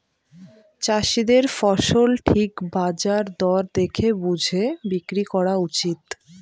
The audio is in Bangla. চাষীদের ফসল ঠিক বাজার দর দেখে বুঝে বিক্রি করা উচিত